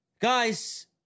Guys